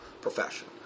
profession